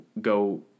go